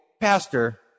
pastor